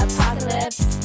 Apocalypse